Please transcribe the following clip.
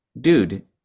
dude